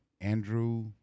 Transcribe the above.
Andrew